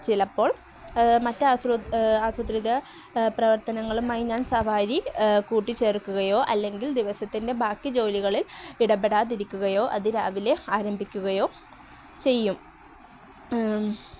ചിലപ്പോൾ മറ്റ് ആസ ആസൂത്രിത പ്രവർത്തനങ്ങളുമായി ഞാൻ സവാരി കൂട്ടി ചേർക്കുകയോ അല്ലെങ്കിൽ ദിവസത്തിൻ്റെ ബാക്കി ജോലികളിൽ ഇടപെടാതിരിക്കുകയോ അതി രാവിലെ ആരംഭിക്കുകയോ ചെയ്യും